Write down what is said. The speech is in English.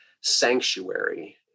sanctuary